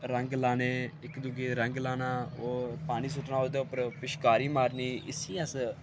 रंग लाने इक दुए दे रंग लाना ओह् पानी सुट्टना ओह्दे उप्पर पिचकारी मारनी इसी अस